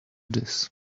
this